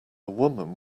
woman